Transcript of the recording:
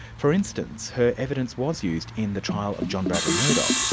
for instance, her evidence was used in the trial of john bradley murdoch.